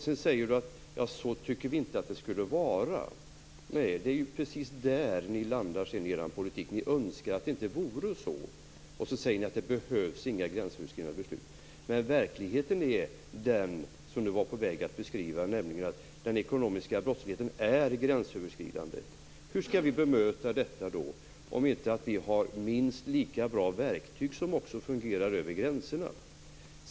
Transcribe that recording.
Han säger också att det inte borde vara så. Nej, det är precis där Miljöpartiet landar i sin politik - man önskar att det inte vore så och säger sedan att det inte behövs några gränsöverskridande beslut. Verkligheten är ändå den, som Peter var på väg att beskriva, att den ekonomiska brottsligheten är gränsöverskridande. Hur skall vi då bemöta detta om vi inte har minst lika bra verktyg, som också fungerar över gränserna?